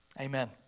amen